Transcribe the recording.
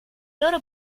loro